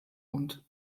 und